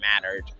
mattered